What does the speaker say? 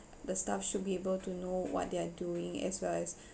the staff should be able to know what they are doing as well as